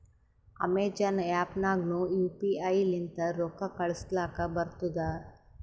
Amazon app ನಾಗ್ನು U P I ಲಿಂತ ರೊಕ್ಕಾ ಕಳೂಸಲಕ್ ಬರ್ತುದ್